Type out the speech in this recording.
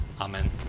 Amen